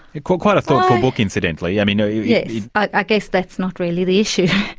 and quite quite a thoughtful book, incidentally. yeah you know yeah i guess that's not really the issue.